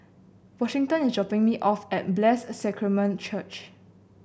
Washington is dropping me off at Blessed Sacrament Church